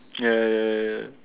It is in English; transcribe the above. ya ya ya